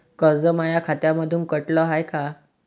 कर्ज माया खात्यामंधून कटलं हाय का?